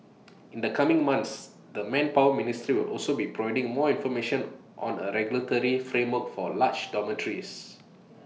in the coming months the manpower ministry also be providing more information on A regulatory framework for large dormitories